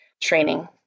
training